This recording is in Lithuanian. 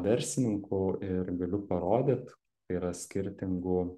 verslininkų ir galiu parodyt yra skirtingų